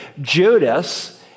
Judas